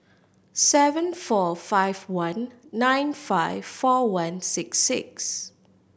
seven four five one nine five four one six six